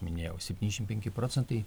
minėjau septyniasdešim penki procentai